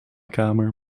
kamer